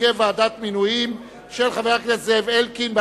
הרכב ועדת המינויים), מאת חבר הכנסת זאב אלקין.